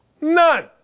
None